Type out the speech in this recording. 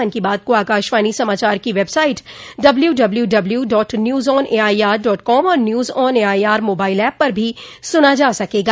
मन की बात को आकाशवाणी समाचार की website W W W dot news on AIR dot com और news on AIR mobile app पर भी सुना जा सकेगा